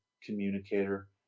communicator